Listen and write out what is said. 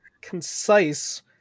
concise